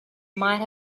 might